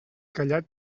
callat